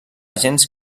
gens